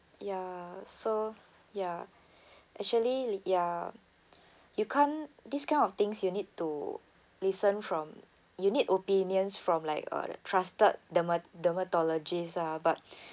ya so ya actually ya you can't this kind of things you need to listen from you need opinions from like a trusted derma~ dermatologist ah but